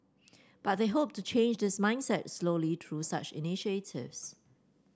but they hope to change this mindset slowly through such initiatives